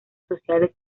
sociales